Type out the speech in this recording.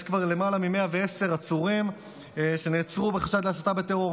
יש כבר למעלה מ-110 עצורים שנעצרו בחשד להסתה לטרור,